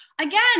again